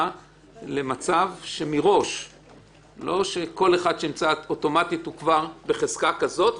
למצב שלא כל מי שנמצא אוטומטית הוא בחזקה כזאת.